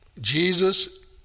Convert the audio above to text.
Jesus